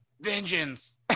vengeance